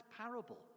parable